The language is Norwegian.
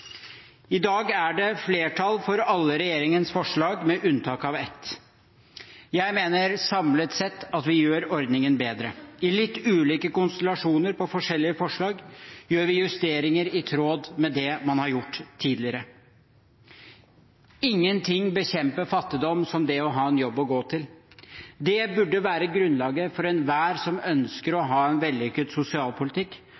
I dag er det flertall for alle regjeringens forslag, med unntak av ett. Jeg mener samlet sett at vi gjør ordningen bedre. I litt ulike konstellasjoner på forskjellige forslag gjør vi justeringer i tråd med det man har gjort tidligere. Ingenting bekjemper fattigdom som det å ha en jobb å gå til. Det burde være grunnlaget for enhver som ønsker å ha en vellykket sosialpolitikk,